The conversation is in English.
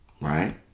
Right